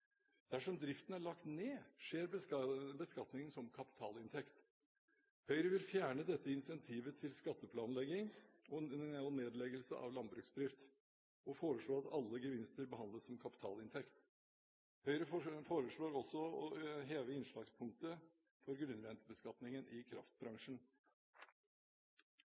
Dersom driften er lagt ned, skjer beskatningen som kapitalinntekt. Høyre vil fjerne dette insentivet til skatteplanlegging og nedleggelse av landbruksdrift og foreslår at alle gevinster behandles som kapitalinntekt. Høyre foreslår også å heve innslagspunktet for grunnrentebeskatningen i kraftbransjen.